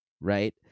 right